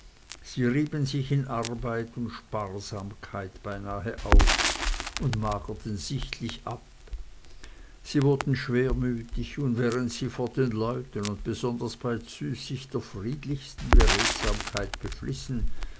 sie rieben sich in arbeit und sparsamkeit beinahe auf und magerten sichtlich ab sie wurden schwermütig und während sie vor den leuten und besonders bei züs sich der friedlichsten beredsamkeit beflissen